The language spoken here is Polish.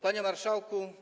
Panie Marszałku!